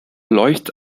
läuft